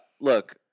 Look